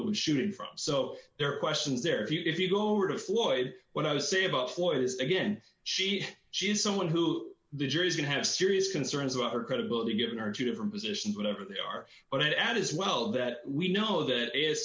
was shooting from so there are questions there if you go over to floyd what i would say about floyd is again she she is someone who the jury is going to have serious concerns about her credibility given her a few different positions whatever they are but i'd add as well that we know that i